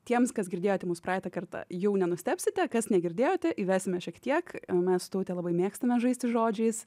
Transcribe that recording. tiems kas girdėjote mus praeitą kartą jau nenustebsite kas negirdėjote įvesime šiek tiek mes su taute labai mėgstame žaisti žodžiais